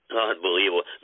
Unbelievable